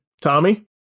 Tommy